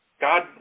God